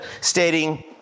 stating